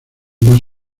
más